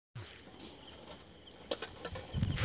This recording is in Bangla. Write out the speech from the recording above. পৃথিবীতে যুগ যুগ ধরে সুতা থেকে কাপড় বনতিছে পদ্ধপ্তি চলতিছে